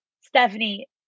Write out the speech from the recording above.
Stephanie